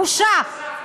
בושה.